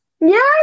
Yes